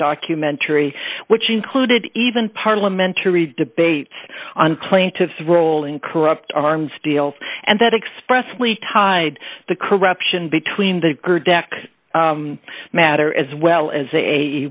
documentary which included even parliamentary debates on plaintiff's role in corrupt arms deals and that expressively tied the corruption between the dec matter as well as